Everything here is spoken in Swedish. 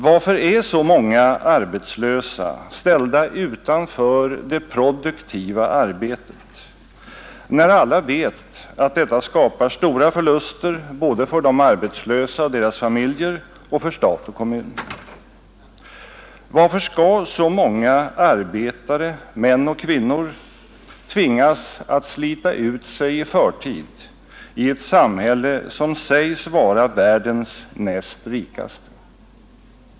Varför är så många arbetslösa, ställda utanför det produktiva arbetet, när alla vet att detta skapar stora förluster både för de arbetslösa och deras familjer och för stat och kommun? Varför skall så många arbetare, män och kvinnor, tvingas att slita ut sig i förtid i ett samhälle som säges vara världens näst rikaste?